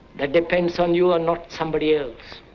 that depends on you and not somebody else.